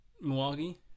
Milwaukee